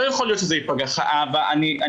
אדם חירש, לא מבינים, מנפנפים.